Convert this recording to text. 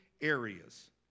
areas